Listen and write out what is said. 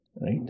Right